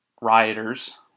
rioters